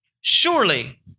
surely